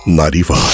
95